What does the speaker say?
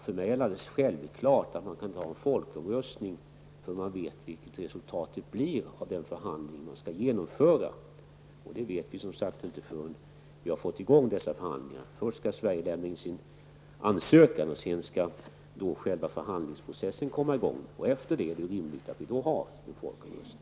För mig är det alldeles självklart att man inte kan företa en folkomröstning förrän man vet vilket resultatet blir av den förhandling som skall genomföras. Först skall Sverige lämna in en ansökan innan själva förhandlingsprocessen kommer i gång. Efter det är det rimligt att genomföra en folkomröstning.